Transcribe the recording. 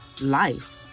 life